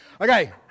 Okay